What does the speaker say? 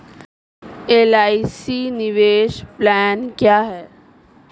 LIC निवेश plan क्या है?